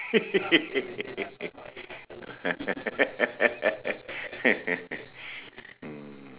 mm